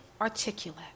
articulate